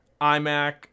iMac